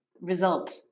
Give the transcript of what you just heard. result